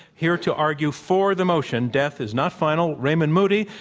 here to argue for the motion, death is not final, raymond moody.